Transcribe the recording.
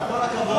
עם כל הכבוד,